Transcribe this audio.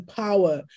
power